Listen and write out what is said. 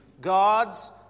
God's